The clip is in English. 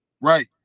Right